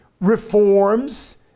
reforms